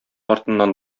артыннан